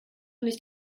nicht